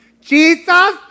Jesus